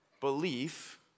belief